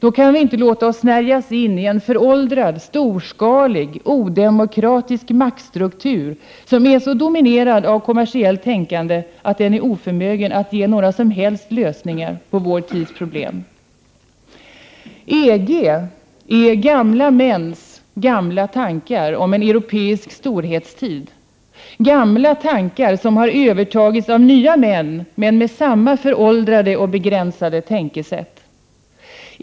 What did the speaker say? Då kan vi inte låta oss snärjas in i en föråldrad, storskalig, odemokratisk maktstruktur, som är så dominerad av kommersiellt tänkande att den är oförmögen att ge några som helst lösningar på vår tids problem. EG är gamla mäns gamla tankar om en europeisk storhetstid. Det är gamla tankar som har övertagits av nya män med samma föråldrade och begränsade tänkesätt.